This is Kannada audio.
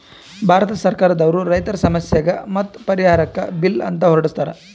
ಭಾರತ್ ಸರ್ಕಾರ್ ದವ್ರು ರೈತರ್ ಸಮಸ್ಯೆಗ್ ಮತ್ತ್ ಪರಿಹಾರಕ್ಕ್ ಬಿಲ್ ಅಂತ್ ಹೊರಡಸ್ತಾರ್